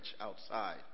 outside